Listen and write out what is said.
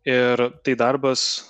ir tai darbas